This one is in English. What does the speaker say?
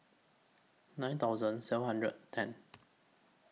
nine thousand seven hundred and ten